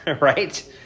right